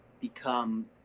become